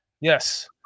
yes